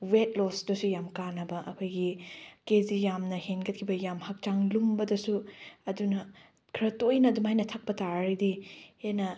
weight ꯂꯣꯁꯇꯁꯨ ꯌꯥꯝ ꯀꯥꯟꯅꯕ ꯑꯩꯈꯣꯏꯒꯤ ꯀꯦ ꯖꯤ ꯌꯥꯝꯅ ꯍꯦꯟꯒꯠꯈꯤꯕ ꯌꯥꯝ ꯍꯛꯆꯥꯡ ꯂꯨꯝꯕꯗꯁꯨ ꯑꯗꯨꯅ ꯈꯔ ꯇꯣꯏꯅ ꯑꯗꯨꯃꯥꯏꯅ ꯊꯛꯄ ꯇꯥꯔꯒꯗꯤ ꯍꯦꯟꯅ